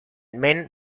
men